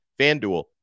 FanDuel